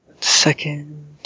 Second